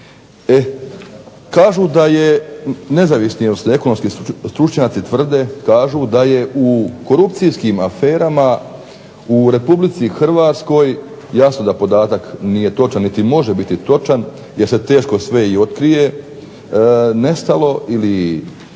Kažu da je nezavisni ekonomski stručnjaci tvrde, kažu da je u korupcijskim aferama u Republici Hrvatskoj, jasno da podatak nije točan niti može biti točan, jer se sve otkrije, nestalo ili